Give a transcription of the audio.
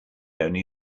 only